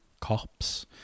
cops